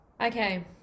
Okay